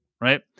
right